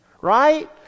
right